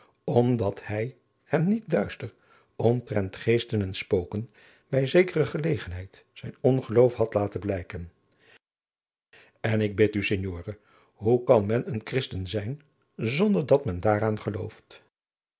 omdat hij hem niet duister omtrent geesten en spoken bij zekere gelegenheid zijn ongeloof had laten blijken en ik bid u signore hoe kan men een christen zijn zonder dat men daaraan gelooft